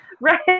Right